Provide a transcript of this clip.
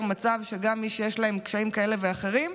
מצב שגם מי שיש להם קשיים כאלה ואחרים,